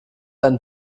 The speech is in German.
ein